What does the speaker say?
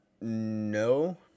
no